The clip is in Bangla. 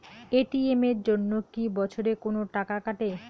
এ.টি.এম এর জন্যে কি বছরে কোনো টাকা কাটে?